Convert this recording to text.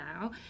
now